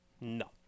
No